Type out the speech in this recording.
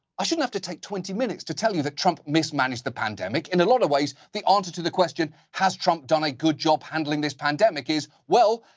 i shouldn't have to take twenty minutes to tell you that trump mismanaged the pandemic. in a lot of ways, the answer to the question has trump done a good job handling this pandemic is, well,